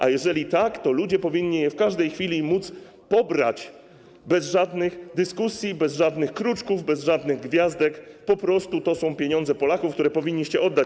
A jeżeli tak, to ludzie powinni je w każdej chwili móc pobrać, bez żadnych dyskusji, bez żadnych kruczków, bez żadnych gwiazdek, po prostu to są pieniądze Polaków, które powinniście im oddać.